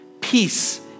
peace